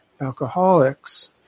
alcoholics